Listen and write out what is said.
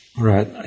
Right